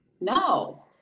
No